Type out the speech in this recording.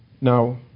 Now